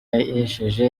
yahesheje